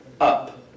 up